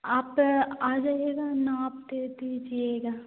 आप आ जाइएगा नाप दे दीजिएगा